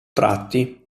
tratti